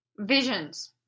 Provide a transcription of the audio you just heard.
Visions